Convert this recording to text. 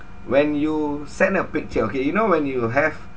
when you send a picture okay you know when you will have